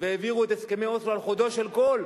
והעבירו את הסכמי אוסלו על חודו של קול,